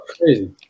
crazy